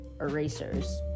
erasers